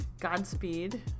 Godspeed